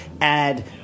add